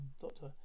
Doctor